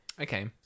Okay